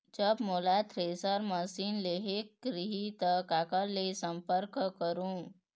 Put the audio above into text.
जब मोला thresher machine लेहेक रही ता काकर ले संपर्क करों?